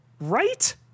Right